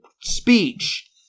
speech